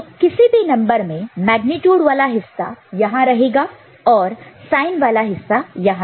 तो किसी भी नंबर में मेग्नीट्यूड वाला हिस्सा यहां रहेगा और साइन वाला हिस्सा यह रहेगा